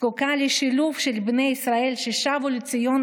זקוקה לשילוב של בני ישראל ששבו לציון